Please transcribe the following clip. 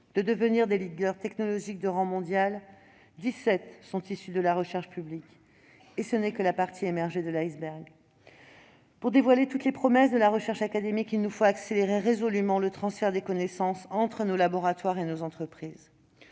de devenir des leaders technologiques de rang mondial, 17 sont issues de la recherche publique- et ce n'est que la partie émergée de l'iceberg. Pour réaliser toutes les promesses de la recherche académique, il nous faut résolument accélérer le transfert des connaissances entre nos laboratoires et nos entreprises.